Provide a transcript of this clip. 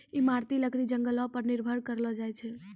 इमारती लकड़ी जंगलो पर निर्भर करलो जाय छै